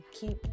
keep